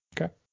Okay